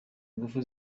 ingufu